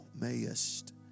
mayest